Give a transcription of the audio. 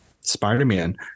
spider-man